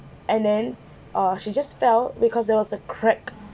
and then uh she just felled because there was a crack